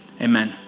Amen